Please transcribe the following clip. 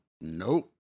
Nope